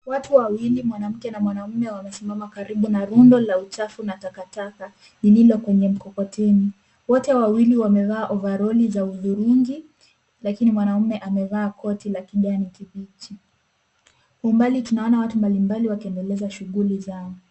Watu wawili mwanamke na mwanaume wamesimama karibu rundo la uchafu na takataka lililo kwenye mkokoteni. Wote wawili wamevaa ovaroli za hudhurungi lakini mwanaume ameva koti la kijani kibichi. Umbali tunaona watu mbalimbali wakiendeleza shuguli zao.